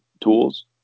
tools